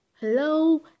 Hello